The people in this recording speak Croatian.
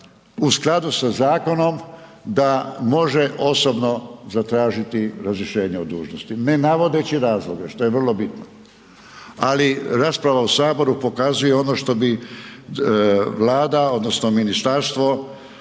u skladu sa zakonom da može osobno zatražiti razrješenje od dužnosti, ne navodeći razloge, što je vrlo bitno. Ali rasprava u Saboru pokazuje ono što bi Vlada odnosno ministarstvo